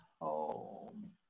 home